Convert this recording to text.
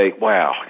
wow